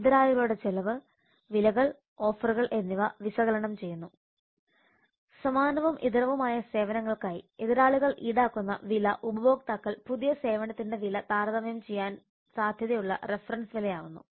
എതിരാളികളുടെ ചെലവ് വിലകൾ ഓഫറുകൾ എന്നിവ വിശകലനം ചെയ്യുന്നു സമാനവും ഇതരവുമായ സേവനങ്ങൾക്കായി എതിരാളികൾ ഈടാക്കുന്ന വില ഉപഭോക്താക്കൾ പുതിയ സേവനത്തിന്റെ വില താരതമ്യം ചെയ്യാൻ സാധ്യതയുള്ള റഫറൻസ് വിലയാവുന്നു